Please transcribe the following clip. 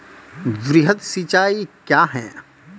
वृहद सिंचाई कया हैं?